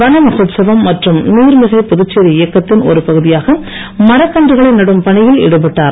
வன மகோத்சவம் மற்றும் நீர்மிகை புதுச்சேரி இயக்கத்தின் ஒரு பகுதியாக மரக்கன்றுகளை நடும் பணியில் ஈடுபட்டார்